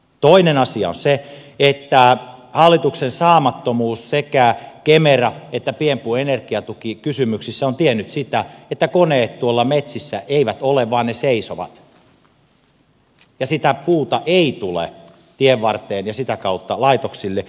toinen asia on se että hallituksen saamattomuus sekä kemera että pienpuuenergiatukikysymyksissä on tiennyt sitä että koneet tuolla metsissä eivät ole vaan ne seisovat ja sitä puuta ei tule tienvarteen ja sitä kautta laitoksille